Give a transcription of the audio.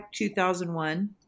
2001